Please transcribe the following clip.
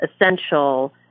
essential